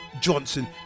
Johnson